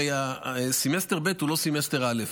הרי סמסטר ב' הוא לא סמסטר א',